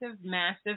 massive